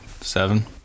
seven